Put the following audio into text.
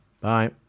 Bye